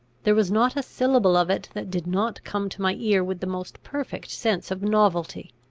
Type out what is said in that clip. there was not a syllable of it that did not come to my ear with the most perfect sense of novelty.